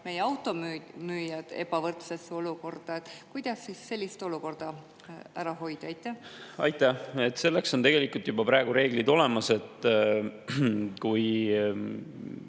meie automüüjad ebavõrdsesse olukorda. Kuidas sellist olukorda ära hoida? Aitäh! Selleks on tegelikult juba praegu reeglid olemas. Kui